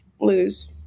lose